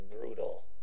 brutal